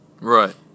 Right